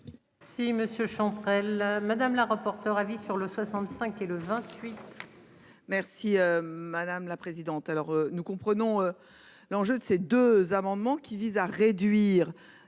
Si monsieur Chantrel madame la rapporteure avis sur le 65 et le 28. Merci. Madame la présidente. Alors, nous comprenons. L'enjeu de ces deux amendements qui visent à réduire.